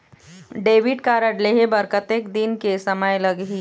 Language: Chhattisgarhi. डेबिट कारड लेहे बर कतेक दिन के समय लगही?